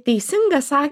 teisingą sa